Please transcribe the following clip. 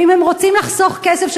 ואם הם רוצים לחסוך כסף,